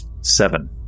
Seven